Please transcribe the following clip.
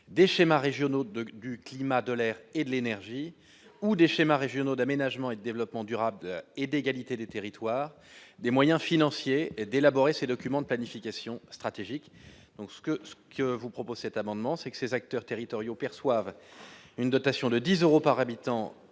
des schémas régionaux de du climat, de l'air et de l'énergie ou des schémas régionaux d'aménagement et développement durable et d'égalité des territoires, des moyens financiers et d'élaborer ces documents de planification stratégique donc ce que ce que vous propose cet amendement, c'est que ces acteurs territoriaux perçoivent une dotation de 10 euros par habitant